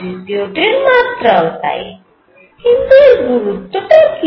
তৃতীয়টির মাত্রাও তাই কিন্তু এর গুরুত্ব কি